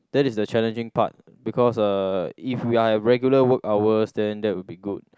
that is a challenging part because uh if we're in regular work hours then that will be good